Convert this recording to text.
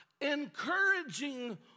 encouraging